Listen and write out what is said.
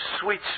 sweet